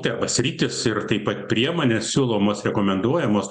tepa sritys ir taip pat priemonės siūlomos rekomenduojamos